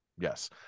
Yes